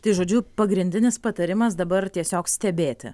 tai žodžiu pagrindinis patarimas dabar tiesiog stebėti